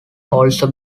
also